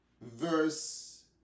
verse